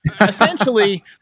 essentially